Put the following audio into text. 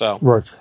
Right